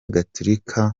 gaturika